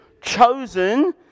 Chosen